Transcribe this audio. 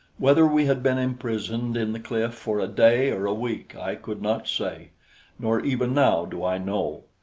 whether we had been imprisoned in the cliff for a day or a week i could not say nor even now do i know.